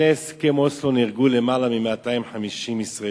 לפני הסכם אוסלו נהרגו למעלה מ-250 ישראלים.